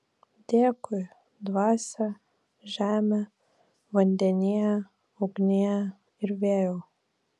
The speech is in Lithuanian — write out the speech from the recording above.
dėkui dvasia žeme vandenie ugnie ir vėjau